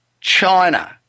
China